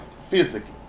physically